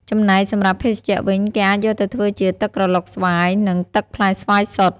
ចំណែកសម្រាប់ភេសជ្ជៈវិញ គេអាចយកទៅធ្វើជា ទឹកក្រឡុកស្វាយ និង ទឹកផ្លែស្វាយសុទ្ធ។